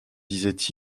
disait